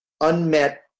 unmet